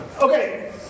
Okay